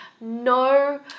no